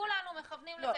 כולנו מכוונים לזה -- רגע,